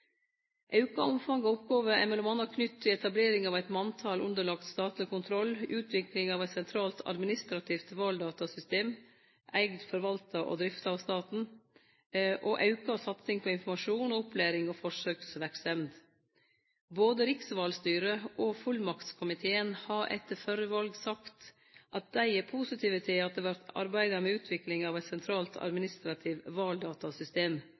Auka omfang av oppgåver er m.a. knytt til etablering av eit manntal underlagt statleg kontroll, utvikling av eit sentralt administrativt valdatasystem eigd, forvalta og drifta av staten, og auka satsing på informasjon og opplæring og forsøksverksemd. Både riksvalstyret og fullmaktskomiteen har etter førre val sagt at dei er positive til at det vert arbeidd med utvikling av eit sentralt administrativt valdatasystem.